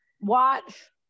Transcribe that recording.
watch